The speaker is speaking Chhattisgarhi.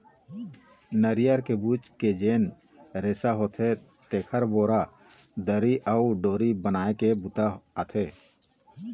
नरियर के बूच के जेन रेसा होथे तेखर बोरा, दरी अउ डोरी बनाए के बूता आथे